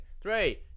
Three